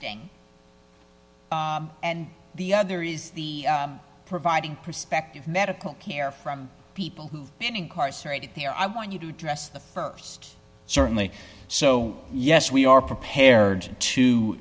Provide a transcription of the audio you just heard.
death and the other is the providing perspective medical care from people who've been incarcerated there i want you to address the st certainly so yes we are prepared to